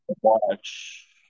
watch